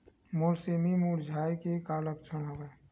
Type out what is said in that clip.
मोर सेमी मुरझाये के का लक्षण हवय?